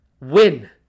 Win